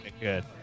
good